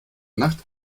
nacht